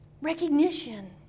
recognition